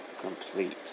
complete